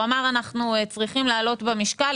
אמר: אנו צריכים לעלות במשקל,